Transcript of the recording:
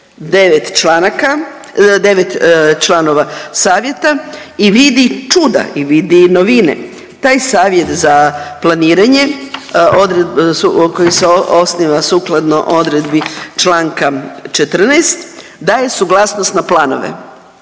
devet članova savjeta i vidi čuda i vidi i novine taj savjet za planiranje koji se osniva sukladno odredbi čl. 14. daje suglasnost na planove.